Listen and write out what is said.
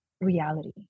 reality